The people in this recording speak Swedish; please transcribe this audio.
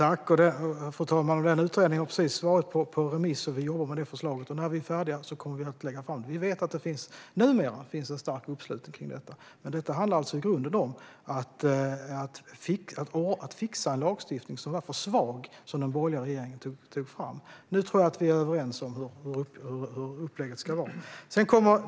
Fru talman! Den utredningen har precis varit ute på remiss. Vi jobbar med det förslaget, och när vi är färdiga kommer vi att lägga fram det. Vi vet att det numera finns stark uppslutning kring detta. Men det handlar i grunden om att fixa den lagstiftning som den borgerliga regeringen tog fram, som var för svag. Nu tror jag att vi är överens om hur upplägget ska vara.